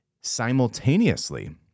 simultaneously